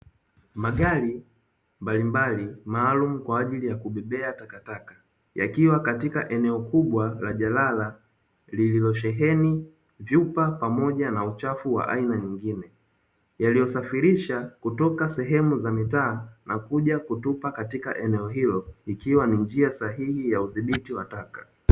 Magari mbalimbali maalumu kwa ajili ya kubebea takataka, yakiwa katika eneo kubwa la jalala lililosheheni vyupa pamoja na uchafu wa aina nyingine. Yaliyosafirisha kutoka sehemu za mitaa na kuja kutupa katika eneo hilo ikiwa ni njia sahihi ya udhibiti wa taka.